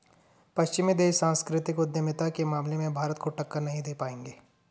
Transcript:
पश्चिमी देश सांस्कृतिक उद्यमिता के मामले में भारत को टक्कर नहीं दे पाएंगे